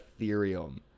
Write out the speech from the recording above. Ethereum